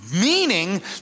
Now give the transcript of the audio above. meaning